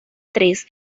tres